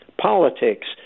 politics